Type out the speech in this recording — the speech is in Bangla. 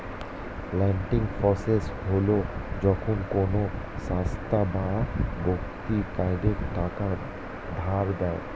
লেন্ডিং প্রসেস হল যখন কোনো সংস্থা বা ব্যক্তি কাউকে টাকা ধার দেয়